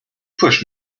push